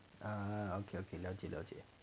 ah okay okay 了解了解